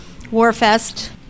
Warfest